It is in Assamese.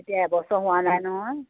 এতিয়া এবছৰ হোৱা নাই নহয়